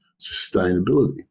sustainability